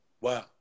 Wow